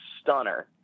Stunner